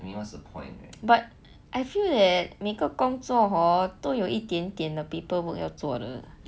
but I feel that 每个工作 hor 都有一点点的 paperwork 要做的